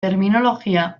terminologia